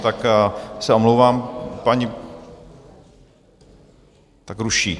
Tak se omlouvám, paní... tak ruší.